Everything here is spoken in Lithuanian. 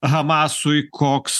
hamasui koks